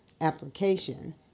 application